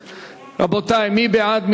רבותי, מי בעד?